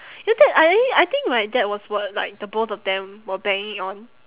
you know that I a~ I think right that was what like the both of them were banging on